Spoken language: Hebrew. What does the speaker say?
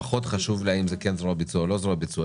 פחות חשוב לי האם זה זרוע ביצוע או לא זרוע ביצוע.